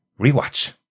rewatch